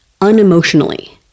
unemotionally